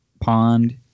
pond